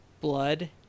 blood